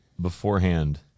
beforehand